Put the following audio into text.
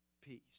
peace